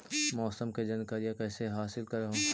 मौसमा के जनकरिया कैसे हासिल कर हू?